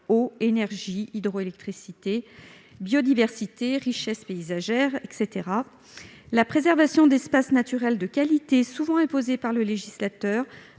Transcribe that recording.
eau, énergie, hydroélectricité, biodiversité, richesse paysagère, etc. La préservation d'espaces naturels de qualité, souvent imposée par le législateur,